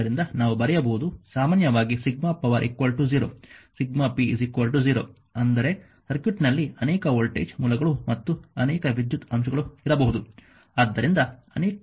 ಆದ್ದರಿಂದ ನಾವು ಬರೆಯಬಹುದು ಸಾಮಾನ್ಯವಾಗಿ ಸಿಗ್ಮಾ ಪವರ್ 0 p 0 ಅಂದರೆ ಸರ್ಕ್ಯೂಟ್ನಲ್ಲಿ ಅನೇಕ ವೋಲ್ಟೇಜ್ ಮೂಲಗಳು ಮತ್ತು ಅನೇಕ ವಿದ್ಯುತ್ ಅಂಶಗಳು ಇರಬಹುದು